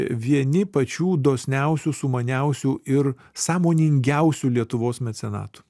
vieni pačių dosniausių sumaniausių ir sąmoningiausių lietuvos mecenatų